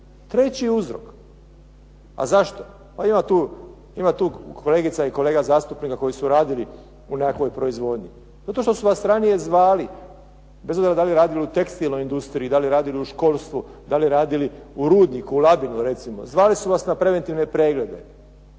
Treći uzrok. A zašto? Ima tu kolegica i kolega zastupnika koji su radili u nekakvoj proizvodnji. Zato što su vas ranije zvali, bez obzira da li radili u tekstilnoj industriji, da li radili u školstvu, da li radili u rudniku u Labinu recimo, zvali su vas na preventivne preglede,